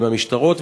עם המשטרות,